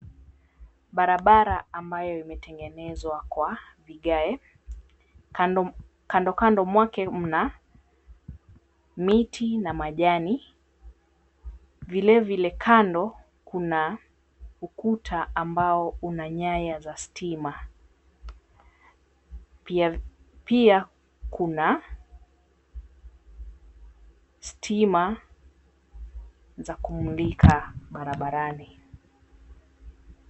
Barabara ambayo imetengenezwa kwa vigae. Kandokando mwake mna miti na majani. Vilevile kando kuna ukuta ambao una nyaya za stima. Pia kuna stima za kumulika barabarani.